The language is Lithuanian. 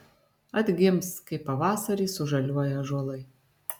atgims kaip pavasarį sužaliuoja ąžuolai